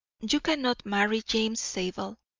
you cannot marry james zabel.